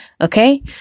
Okay